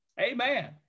amen